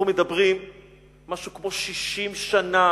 אנחנו מדברים על משהו כמו 60 שנה,